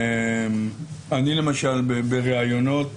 אני למשל בראיונות